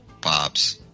Pops